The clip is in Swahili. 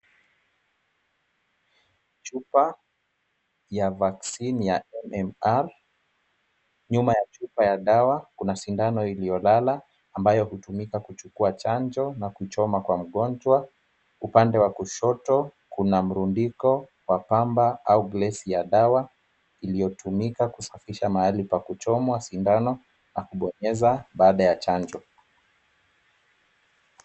Chupa ya vaccine ya MMR. Nyuma ya chupa ya dawa, kuna sindano iliyolala, ambayo hutumika kuchukua chanjo na kuchoma kwa mgonjwa. Upande wa kushoto, kuna mrundiko wa pamba au glass ya dawa iliyotumika kusafisha mahali pa kuchomwa sindano na kubonyeza baada ya chanjo.